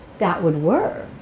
that would work.